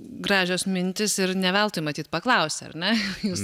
gražios mintys ir ne veltui matyt paklausė ar ne jūsų